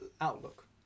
Outlook